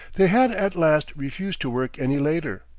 they had at last refused to work any later.